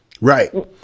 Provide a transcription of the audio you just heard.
Right